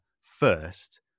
first